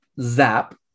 Zap